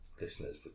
listeners